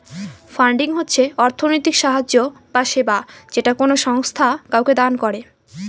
funding হচ্ছে অর্থনৈতিক সাহায্য বা সেবা যেটা কোনো সংস্থা কাউকে দান করে